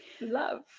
love